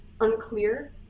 unclear